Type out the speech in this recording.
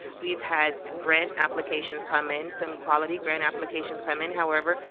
we've had grant applications come in, some quality grant applications come in however,